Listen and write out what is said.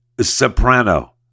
Soprano